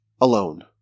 alone